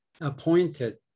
appointed